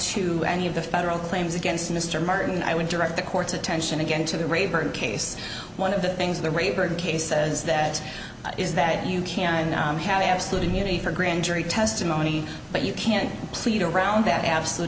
to any of the federal claims against mr martin i would direct the court's attention again to the rayburn case one of the things the rayburn case says that is that you can have absolute immunity for grand jury testimony but you can't plead around that